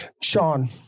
Sean